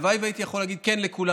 הלוואי שהייתי יכול להגיד כן לכולם.